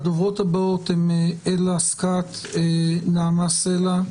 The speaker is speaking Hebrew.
הדוברות הבאות הן אלה סקעת, נעמה סלע,